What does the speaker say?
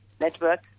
network